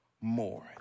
More